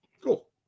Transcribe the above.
Cool